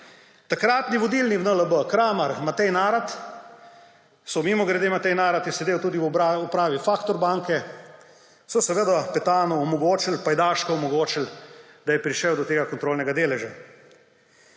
Takratni vodilni v NLB – Kramar, Matej Narat – so, mimogrede Matej Narat je sedaj tudi upravi Factor banke – seveda Petanu omogočili, pajdaško omogočili, da je prišel do tega kontrolnega deleža.